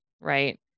Right